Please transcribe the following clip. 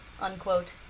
unquote